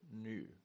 new